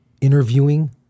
interviewing